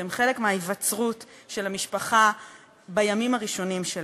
הם חלק מההיווצרות של המשפחה בימים הראשונים שלה.